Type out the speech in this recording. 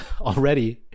already